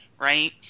right